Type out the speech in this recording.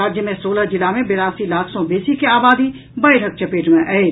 राज्य मे सोलह जिला मे बेरासी लाख सॅ बेसी के आबादी बाढ़िक चपेट मे अछि